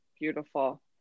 Beautiful